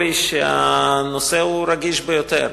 שהנושא הוא רגיש ביותר.